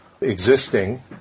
existing